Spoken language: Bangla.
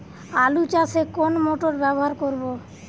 আলু চাষে কোন মোটর ব্যবহার করব?